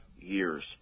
years